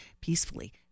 peacefully